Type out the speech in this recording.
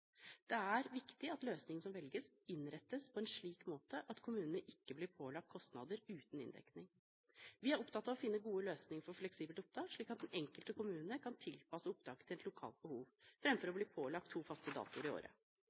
Det er viktig at løsningene som velges, innrettes på en slik måte at kommunene ikke blir pålagt kostnader uten inndekning. Vi er opptatt av å finne gode løsninger for fleksibelt opptak, slik at den enkelte kommune kan tilpasse opptaket til et lokalt behov, framfor å bli pålagt to faste datoer i året.